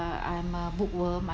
uh I'm a bookworm I